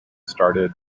starred